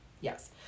Yes